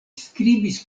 skribis